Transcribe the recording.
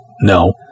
No